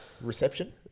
Reception